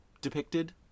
depicted